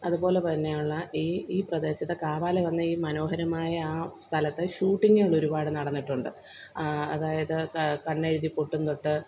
അതുപോലെ തന്നെയാണ് ഈ ഈ പ്രദേശത്തെ കാവാലമെന്ന മനോഹരമായ ആ സ്ഥലത്ത് ഷൂട്ടിങ്ങുകള് ഒരുപാട് നടന്നിട്ടുണ്ട് അതായത് കണ്ണെഴുതി പൊട്ടും തൊട്ട്